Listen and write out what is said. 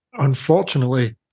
Unfortunately